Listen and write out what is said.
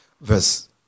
Verse